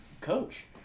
coach